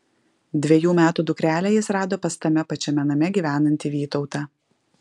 dvejų metų dukrelę jis rado pas tame pačiame name gyvenantį vytautą